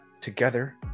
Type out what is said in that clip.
Together